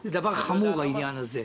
זה דבר חמור העניין הזה,